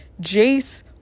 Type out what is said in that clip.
Jace